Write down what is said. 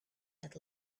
had